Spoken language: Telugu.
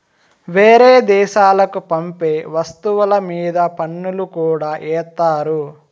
వేరే దేశాలకి పంపే వస్తువుల మీద పన్నులు కూడా ఏత్తారు